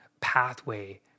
pathway